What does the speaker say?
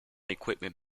equipment